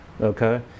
Okay